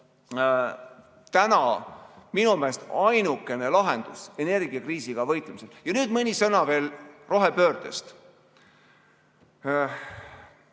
täna minu meelest ainuke lahendus energiakriisiga võitlemisel. Nüüd mõni sõna veel rohepöördest.